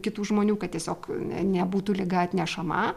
kitų žmonių kad tiesiog nebūtų liga atnešama